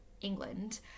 England